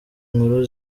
nkuru